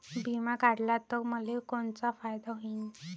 बिमा काढला त मले कोनचा फायदा होईन?